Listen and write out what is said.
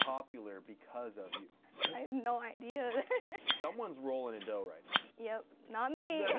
popular because of you. i have no idea someone's rolling in dough right now. yep, not me